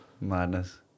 Madness